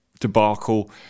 debacle